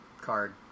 card